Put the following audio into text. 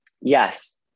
yes